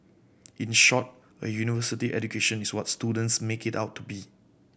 in short a university education is what students make it out to be